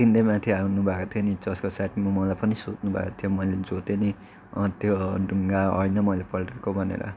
आत्तिँदै माथि आउनु भएको थियो नि चर्चको साइडमा मलाई पनि सोध्नु भएको थियो मैले जोतेँ नि त्यो ढुङ्गा होइन मैले पल्टाएको भनेर